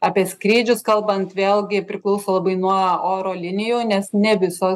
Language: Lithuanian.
apie skrydžius kalbant vėlgi priklauso labai nuo oro linijų nes ne visos